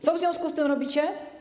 Co w związku z tym robicie?